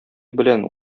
белән